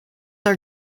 are